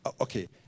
Okay